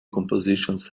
compositions